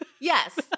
Yes